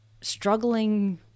struggling